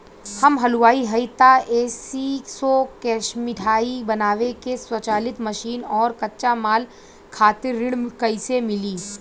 हम हलुवाई हईं त ए.सी शो कैशमिठाई बनावे के स्वचालित मशीन और कच्चा माल खातिर ऋण कइसे मिली?